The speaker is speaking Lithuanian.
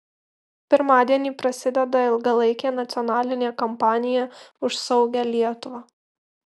pirmadienį prasideda ilgalaikė nacionalinė kampanija už saugią lietuvą